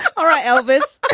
all right elvis.